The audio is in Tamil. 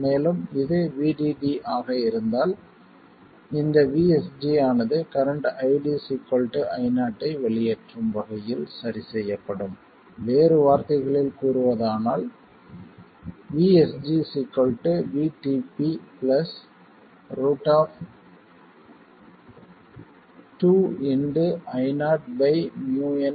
மேலும் இது VDD ஆக இருந்தால் இந்த VSG ஆனது கரண்ட் ID Io ஐ வெளியேற்றும் வகையில் சரிசெய்யப்படும் வேறு வார்த்தைகளில் கூறுவதானால் VSG VTP 2 2 Io µnCox W L